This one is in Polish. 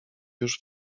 już